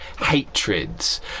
hatreds